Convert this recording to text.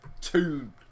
two